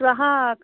श्वः